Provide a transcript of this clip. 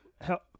help